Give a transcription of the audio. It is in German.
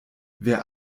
wer